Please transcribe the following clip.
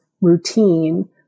routine